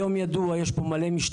היום זה ידוע; יש פה מלא שוטרים.